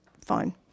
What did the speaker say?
fine